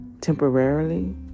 temporarily